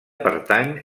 pertany